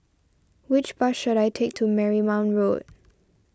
which bus should I take to Marymount Road